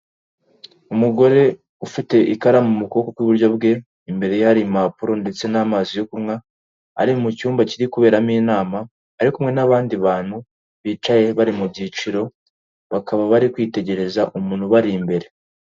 Umugore ufite ikaramu mu kuboko kw'iburyo bwe, imbere yari impapuro ndetse n'amazi yo kunywa. Ari mu cyumba kiri kuberamo inama, ari kumwe n'abandi bantu bicaye bari mu byiciro. Bakaba bari kwitegereza umuntu ubari imbere.